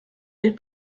den